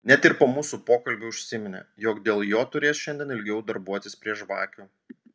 net ir po mūsų pokalbio užsiminė jog dėl jo turės šiandien ilgiau darbuotis prie žvakių